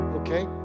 okay